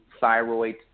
thyroid